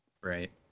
Right